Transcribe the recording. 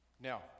Now